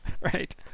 right